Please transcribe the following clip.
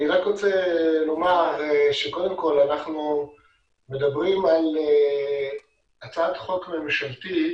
אני רק רוצה לומר שקודם כל אנחנו מדברים על הצעת חוק ממשלתית